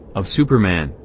of superman,